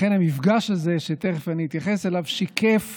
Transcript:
לכן המפגש הזה, שתכף אני אתייחס אליו, שיקף